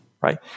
right